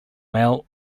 mail